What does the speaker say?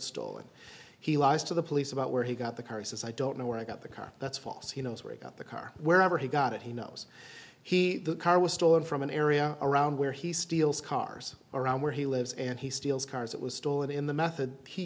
stolen he lies to the police about where he got the car he says i don't know where i got the car that's false he knows where he got the car wherever he got it he knows he the car was stolen from an area around where he steals cars around where he lives and he steals cars that was stolen in the method he